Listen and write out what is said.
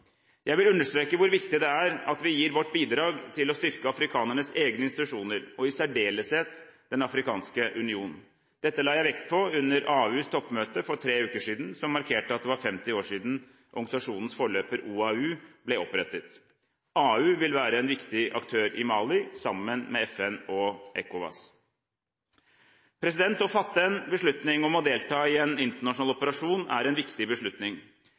Jeg vil understreke hvor viktig det er at vi gir vårt bidrag til å styrke afrikanernes egne institusjoner – i særdeleshet Den afrikanske union. Dette la jeg vekt på under AUs toppmøte for tre uker siden som markerte at det var 50 år siden organisasjonens forløper OAU, Organisasjonen for afrikansk enhet, ble opprettet. AU vil være en viktig aktør i Mali, sammen med FN og ECOWAS. Å fatte en beslutning om å delta i en internasjonal operasjon er en viktig beslutning.